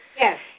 Yes